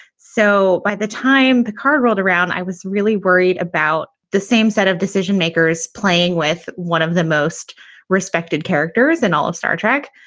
so by the time the card rolled around, i was really worried about the same set of decision makers playing with one of the most respected characters in all of star trek.